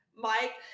Mike